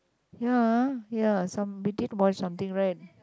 ya ya some between boy something right